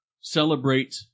celebrate